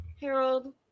Harold